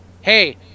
hey